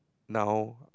now